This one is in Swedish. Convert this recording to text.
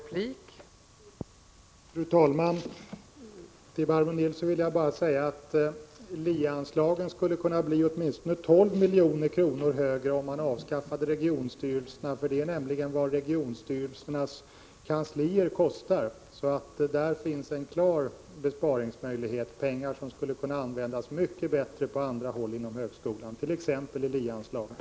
Fru talman! Till Barbro Nilsson vill jag bara säga att LIE-anslaget skulle kunna bli åtminstone 12 milj.kr. högre om man avskaffade regionstyrelserna. Det är nämligen vad regionstyrelsernas kanslier kostar. Där finns en klar besparingsmöjlighet. Det är pengar som skulle kunna användas mycket bättre på andra håll inom högskolan, t.ex. i LIE-anslaget.